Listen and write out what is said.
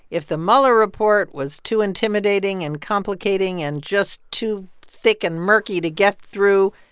if the mueller report was too intimidating and complicating and just too thick and murky to get through,